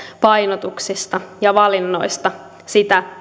painotuksista ja valinnoista sitä